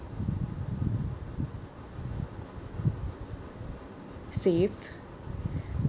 save